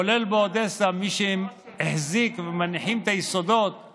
כולל באודסה, מי שהחזיק והניח את היסודות הוא